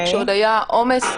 כשעוד היה עומס.